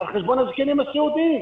על חשבון הזקנים הסיעודיים.